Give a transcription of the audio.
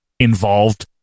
involved